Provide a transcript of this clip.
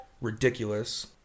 ridiculous